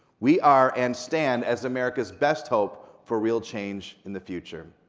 we are and stand as america's best hope for real change in the future.